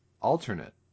alternate